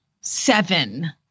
seven